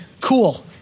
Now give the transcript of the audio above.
Cool